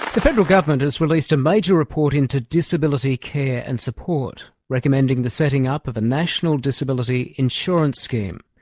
the federal government has released a major report into disability care and support, recommending the setting up of a national disability insurance scheme.